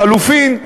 לחלופין,